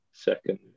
Second